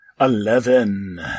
Eleven